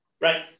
Right